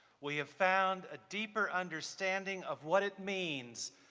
we have found a deeper understanding of what it means